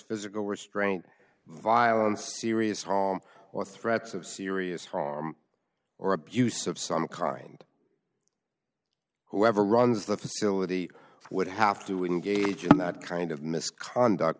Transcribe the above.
physical restraint violence serious harm or threats of serious harm or abuse of some crying whoever runs the facility would have to engage in that kind of misconduct